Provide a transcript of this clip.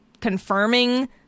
confirming